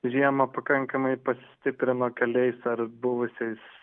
žiemą pakankamai pasistiprino keliais ar buvusiais